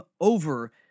over